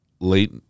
Late